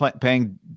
paying